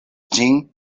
ĝin